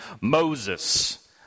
Moses